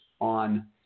on